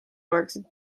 oleksid